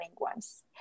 ones